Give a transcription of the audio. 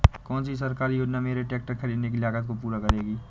कौन सी सरकारी योजना मेरे ट्रैक्टर ख़रीदने की लागत को पूरा करेगी?